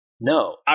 No